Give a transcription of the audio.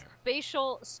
spatial